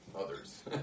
others